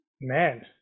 man